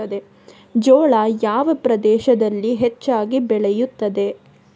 ಜೋಳ ಯಾವ ಪ್ರದೇಶಗಳಲ್ಲಿ ಹೆಚ್ಚಾಗಿ ಬೆಳೆಯುತ್ತದೆ?